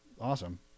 awesome